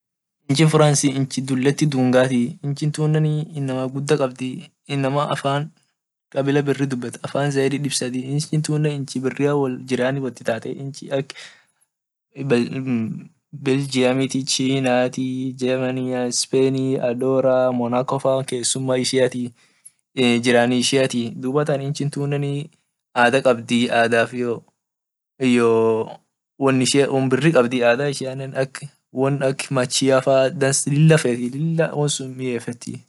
Inchi france inchi duleti dungati inchi tunne inama guda kabd inama afan kabila biri dubet afan zaidi dib sadii tune inchi biri jirani wot itate inchi ak belgium china germany spain adora monaco faa kesuma ishiat jirani ishiat dub inchi tu ada kabdi won biri kabdi won ak machiafaa lila fet lila midasit.